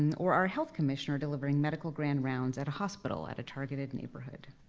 and or our health commissioner delivering medical grand rounds at a hospital at a targeted neighborhood.